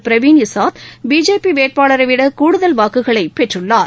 பிரவின் இசாத் பிஜேபி வேட்பாளரை விட கூடுதல் வாக்குகளை பெற்றுள்ளார்